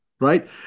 right